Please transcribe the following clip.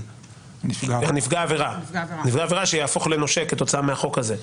נפגע עבירה שיהפוך לנושה כתוצאה מהחוק הזה,